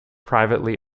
privately